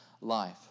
life